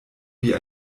wie